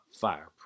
fireproof